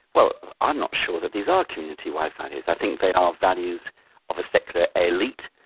well i'm not sure that these are community-wide values, i think they are values of a secular elite.